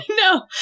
No